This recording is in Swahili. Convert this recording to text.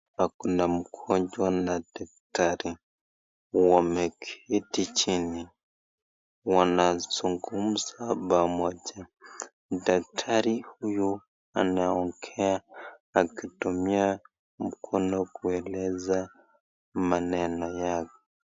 Kuna mgonjwa na daktari. Wameketi jini. Wanasungumza pamoja. Daktari huyu anaongea akitumia mkono kueleza maneno yake.